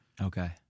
okay